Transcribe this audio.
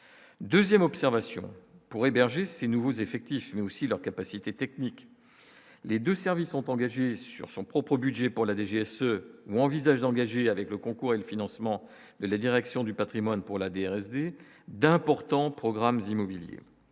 2ème observation pour héberger ces nouveaux effectifs mais aussi leurs capacités techniques, les 2 services ont engagé sur son propre budget pour la DGSE ou envisagent d'engager avec le concours et le financement de la direction du Patrimoine pour la DRS d'importants programmes immobiliers